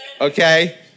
Okay